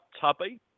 tubby